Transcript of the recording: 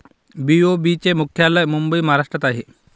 BOB चे मुख्यालय मुंबई महाराष्ट्रात आहे